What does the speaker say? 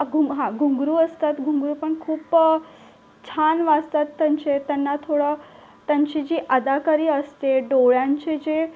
घु हां घुंघरू असतात घुंघरू पण खूप छान वाजतात त्यांचे त्यांना थोडं त्यांची जी अदाकारी असते डोळ्यांचे जे